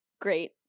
great